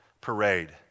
parade